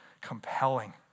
compelling